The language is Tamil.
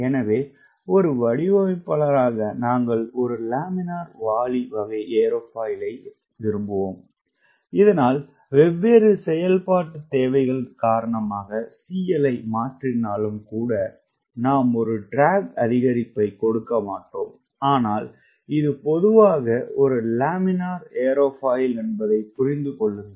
எனவே ஒரு வடிவமைப்பாளராக நாங்கள் ஒரு லேமினார் வாளி வகை ஏரோஃபாயிலை விரும்புவோம் இதனால் வெவ்வேறு செயல்பாட்டுத் தேவைகள் காரணமாக CL ஐ மாற்றினாலும் கூட நாம் ஒரு ட்ராக் அதிகரிப்பைக் கொடுக்க மாட்டோம் ஆனால் இது பொதுவாக ஒரு லேமினார் ஏரோஃபாயில் என்பதை புரிந்து கொள்ளுங்கள்